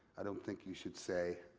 i don't think you should say